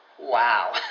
Wow